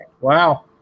Wow